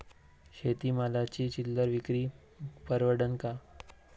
शेती मालाची चिल्लर विक्री परवडन का?